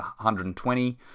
120